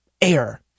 air